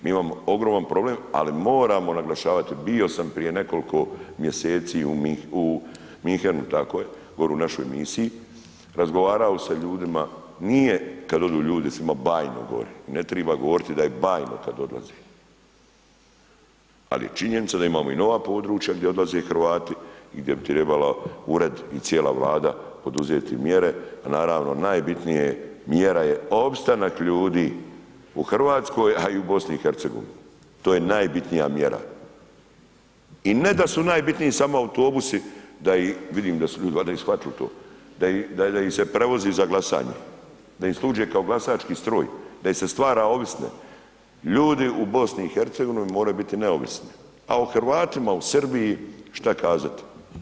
Mi imamo ogroman problem, ali moramo naglašavati, bio sam prije nekoliko mjeseci u Münchenu, tako je, gore u našoj misiji, razgovarao sa ljudima, nije kad odu ljudi svima bajno gori, ne triba govorit da je bajno kad odlaze, al je činjenica da imamo i nova područja gdje odlaze Hrvate i gdje bi trebala ured i cijela Vlada poduzeti mjere, a naravno najbitnije je mjera je opstanak ljudi u RH, a i u BiH, to je najbitnija mjera i ne da su najbitniji samo autobusi da ih, vidim da su ljudi valjda i shvatili to, da ih se prevozi za glasanje, da im služe kao glasački stroj, da ih se stvara ovisne, ljudi u BiH moraju biti neovisni, a o Hrvatima u Srbiji šta kazati?